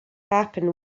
happen